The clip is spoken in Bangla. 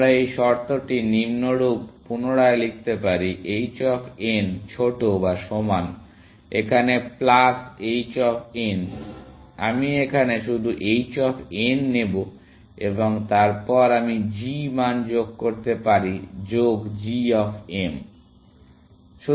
আমরা এই শর্তটি নিম্নরূপ পুনরায় লিখতে পারি h অফ n ছোট বা সমান এখানে প্লাস h অফ n আমি এখানে শুধু h অফ n নেবো এবং তারপর আমি g মান যোগ করতে পারি যোগ g অফ m